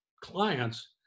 clients